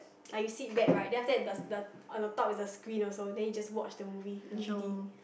like you sit back right then after that the the on the top is the screen also then you just watch the movie in three D